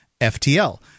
FTL